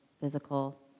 physical